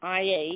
IA